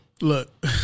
Look